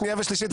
השנייה והשלישית?